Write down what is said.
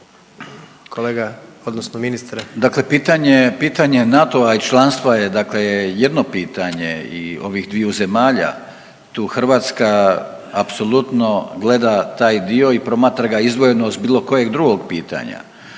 Kolega odnosno ministre.